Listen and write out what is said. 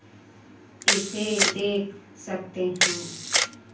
इसे देख सकते हैं